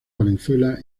valenzuela